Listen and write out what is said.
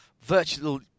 virtual